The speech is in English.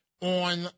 on